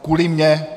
Kvůli mně.